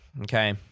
okay